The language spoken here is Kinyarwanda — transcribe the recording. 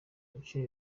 bice